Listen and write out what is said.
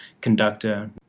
conductor